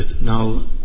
Now